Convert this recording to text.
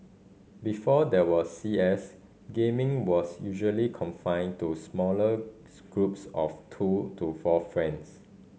before there was C S gaming was usually confined to smaller groups of two to four friends